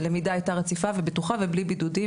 הלמידה הייתה רציפה ובטוחה ובלי בידודים.